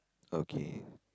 okay